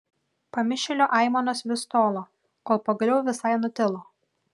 pamišėlio aimanos vis tolo kol pagaliau visai nutilo